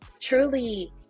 truly